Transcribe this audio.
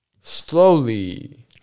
slowly